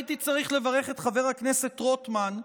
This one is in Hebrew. הייתי צריך לברך את חבר הכנסת רוטמן,